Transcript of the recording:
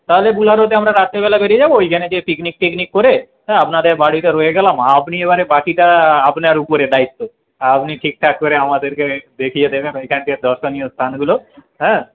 তাহলে বোলেরোতে আমরা রাত্রেবেলা বেরিয়ে যাব ওইখানে গিয়ে পিকনিক টিকনিক করে আপনাদের বাড়িতে রয়ে গেলাম আপনি এবারে বাকিটা আপনার উপরে দায়িত্ব আপনি ঠিকঠাক করে আমাদেরকে দেখিয়ে দেবেন ওইখানের দর্শনীয় স্থানগুলো হ্যাঁ